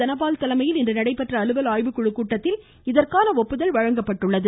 தனபால் தலைமையில் இன்று நடைபெற்ற அலுவல் ஆய்வுக்குழு கூட்டத்தில் இதற்கான ஒப்புதல் வழங்கப்பட்டது